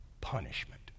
Punishment